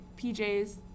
PJ's